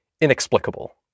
inexplicable